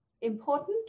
important